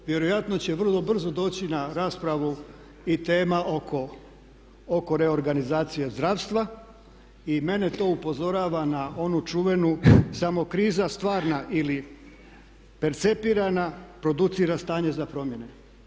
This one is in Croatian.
Vjerojatno će vrlo brzo doći na raspravu i tema oko reorganizacije zdravstva i mene to upozorava na onu čuvenu samo kriza stvarna ili percepirana producira stanje za promjene.